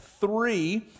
three